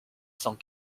cent